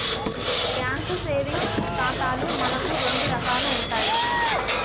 bank savings ఖాతాలు మనకు రెండు రకాలు ఉంటాయి